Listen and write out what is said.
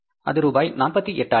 அது ரூபாய் 48000